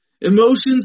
Emotions